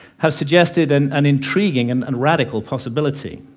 have suggested and an intriguing and and radical possibility,